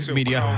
Media